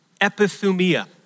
epithumia